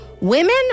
Women